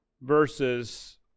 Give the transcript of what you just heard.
verses